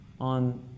on